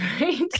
right